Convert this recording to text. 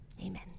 Amen